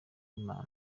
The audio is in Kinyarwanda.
imana